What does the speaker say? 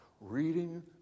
reading